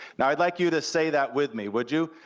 now, i'd like you to say that with me, would you?